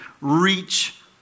reach